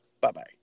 bye-bye